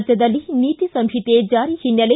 ರಾಜ್ಞದಲ್ಲಿ ನೀತಿ ಸಂಹಿತೆ ಜಾರಿ ಹಿನ್ನೆಲೆ